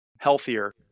healthier